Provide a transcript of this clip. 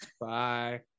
Bye